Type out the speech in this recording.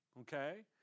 Okay